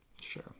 sure